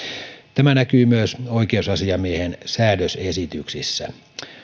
tämä näkyy myös oikeusasiamiehen säädösesityksissä